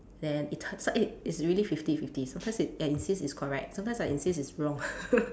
then it t~ so it it's really fifty fifty sometimes he and insists it's correct sometimes I insists it's wrong